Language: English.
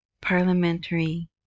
parliamentary